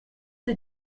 des